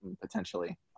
potentially